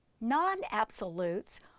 Non-absolutes